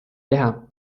teha